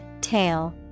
tail